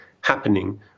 happening